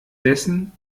dessen